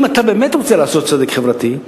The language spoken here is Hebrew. אם אתה באמת רוצה לעשות צדק חברתי,